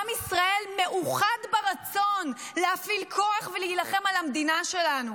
עם ישראל מאוחד ברצון להפעיל כוח ולהילחם על המדינה שלנו,